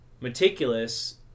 meticulous